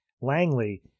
Langley